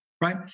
Right